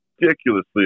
ridiculously